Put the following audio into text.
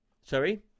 Sorry